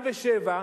ב-2007,